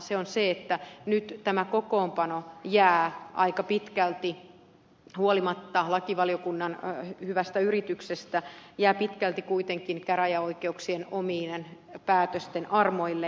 se on se että nyt tämä kokoonpano jää aika pitkälti huolimatta lakivaliokunnan hyvästä yrityksestä käräjäoikeuksien omien päätösten armoille